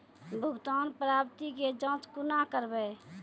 भुगतान प्राप्ति के जाँच कूना करवै?